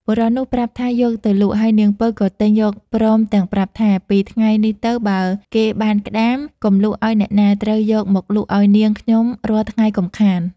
បុរសនោះប្រាប់ថាយកទៅលក់ហើយនាងពៅក៏ទិញយកព្រមទាំងប្រាប់ថា ពីថ្ងៃនេះទៅបើគេបានក្ដាម កុំលក់ឲ្យអ្នកណាត្រូយកមកលក់ឲ្យនាងខ្ញុំរាល់ថ្ងៃកុំខាន។